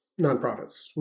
nonprofits